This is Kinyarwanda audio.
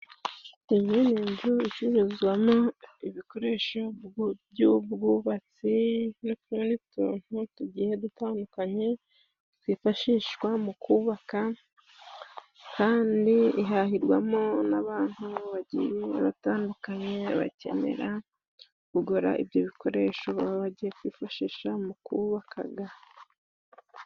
Iyi ni inzu icuruzwamo ibikoresho by'ubwubatsi n'utundi tuntu tugiye dutandukanye, twifashishwa mu kubaka kandi ihahirwamo n'abandi bantu bagiye batandukanye bakenera kugura ibyo bikoresho baba bagiye kwifashisha mu kubakaga.